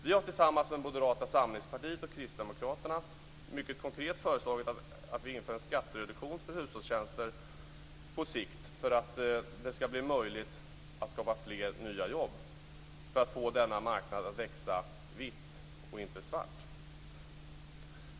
Vi har tillsammans med Moderata samlingspartiet och Kristdemokraterna mycket konkret föreslagit en skattereduktion för hushållstjänster på sikt så att det blir möjligt att skapa fler nya jobb för att få denna marknad att växa vitt, inte svart.